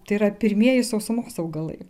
tai yra pirmieji sausumos augalai